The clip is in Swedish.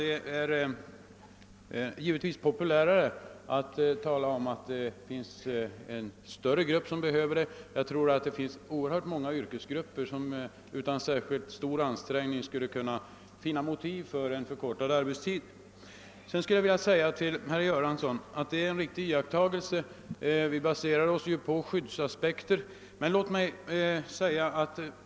Det är givetvis populärt att tala om att en större grupp behöver arbetstidsförkortning, men jag tror att det finns oerhört många yrkesgrupper som utan särskilt stor ansträngning skulle kunna finna motiv för en förkortad arbetstid. Det är en riktig iakttagelse, herr Göransson, att vi baserar vårt ställningstagande på skyddsaspekter.